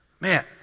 Man